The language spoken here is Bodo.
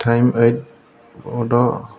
टाइम ओइठ दं